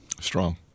Strong